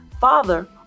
father